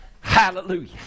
Hallelujah